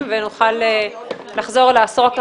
אני גם רוצה לומר עוד משהו,